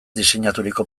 diseinaturiko